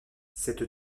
cette